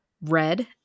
red